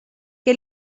que